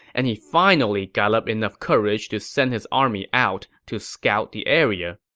and he finally got up enough courage to send his army out to scout the area.